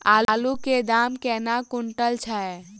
आलु केँ दाम केना कुनटल छैय?